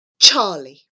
Charlie